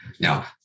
Now